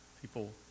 people